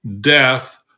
death